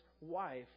wife